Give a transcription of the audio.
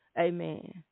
Amen